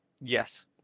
Yes